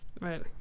Right